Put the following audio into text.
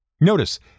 Notice